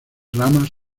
ramas